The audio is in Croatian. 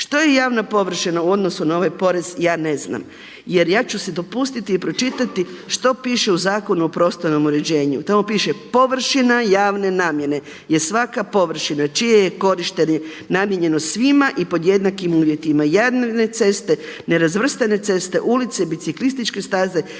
Što je javna površina u odnosu na ovaj porez ja ne znam, jer ja ću si dopustiti pročitati što piše u Zakonu o prostornom uređenju. Tamo piše površina javne namjene je svaka površina čije je korištenje namijenjeno svima i pod jednakim uvjetima. Javne ceste, nerazvrstane ceste, ulice, biciklističke staze,